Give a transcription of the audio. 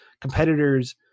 competitors